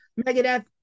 Megadeth